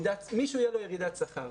שלמישהו תהיה ירידה בשכר,